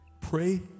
pray